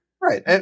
Right